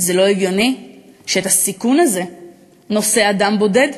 זה לא הגיוני שאת הסיכון הזה נושא אדם בודד.